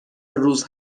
روز